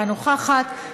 אינה נוכחת,